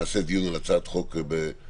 נעשה דיון על הצעת החוק הפרטית.